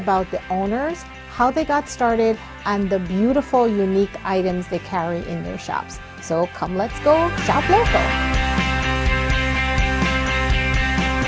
about the owner how they got started and the beautiful unique items they carry in their shops so come let's go